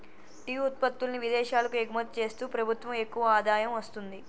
tea ఉత్పత్తుల్ని విదేశాలకు ఎగుమతి చేస్తూ ప్రభుత్వం ఎక్కువ ఆదాయం వస్తుంది